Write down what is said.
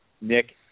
Nick